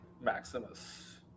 maximus